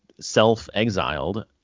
self-exiled